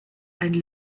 and